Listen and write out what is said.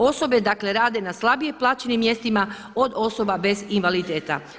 Osobe rade na slabije plaćenim mjestima od osoba bez invaliditeta.